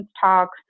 talks